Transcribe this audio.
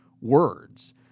words